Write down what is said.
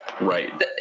Right